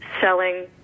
selling